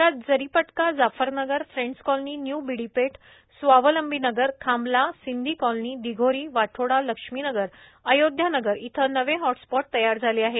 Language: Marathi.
शहरात Jaripatka Jafarnagar friends colony new Bidipeth Swavlambinagar Khamla Sindhi colony Dighori Wathoda Laxminagar Ayodhyanagar इथ नवे हॉटस्पॉट तयार झाले आहे